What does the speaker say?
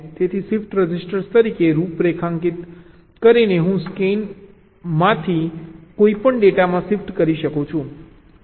તેથી shift register તરીકે રૂપરેખાંકિત કરીને હું સ્કેનઈનમાંથી કોઈપણ ડેટામાં શિફ્ટ કરી શકું છું